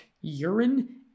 urine